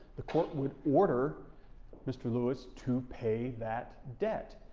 the court would order mr. lewis to pay that debt.